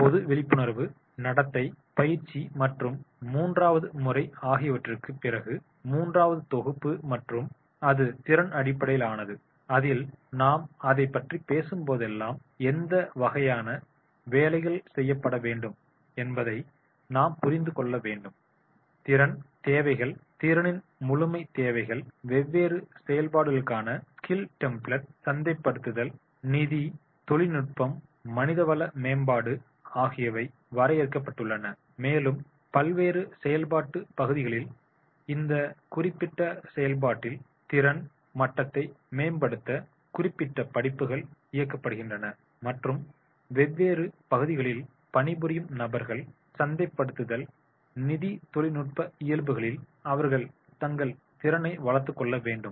பொது விழிப்புணர்வு நடத்தை பயிற்சி மற்றும் 3வது முறை ஆகியவற்றிற்குப் பிறகு 3வது தொகுப்பு மற்றும் அது திறன் அடிப்படையிலானது அதில் நாம் அதைப் பற்றி பேசும்போதெல்லாம் எந்த வகையான வேலைகள் செய்யப்பட வேண்டும் என்பதை நாம் புரிந்து கொள்ள வேண்டும் திறன் தேவைகள் திறனின் முழுமை தேவைகள் வெவ்வேறு செயல்பாடுகளுக்கான ஸ்கில் டெம்ப்ளட் சந்தைப்படுத்தல் நிதி தொழில்நுட்பம் மனிதவள மேம்பாடு ஆகியவை வரையறுக்கப்பட்டுள்ளன மேலும் பல்வேறு செயல்பாட்டு பகுதிகளின் இந்த குறிப்பிட்ட செயல்பாட்டில் திறன் மட்டத்தை மேம்படுத்த குறிப்பிட்ட படிப்புகள் இயக்கப்படுகின்றன மற்றும் வெவ்வேறு பகுதிகளில் பணிபுரியும் நபர்கள் சந்தைப்படுத்தல் நிதி தொழில்நுட்ப இயல்புகளில் அவர்கள் தங்கள் திறனை வளர்த்துக் கொள்ள வேண்டும்